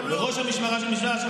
לא שמעת סרבנות.